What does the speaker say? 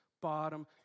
bottom